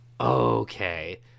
Okay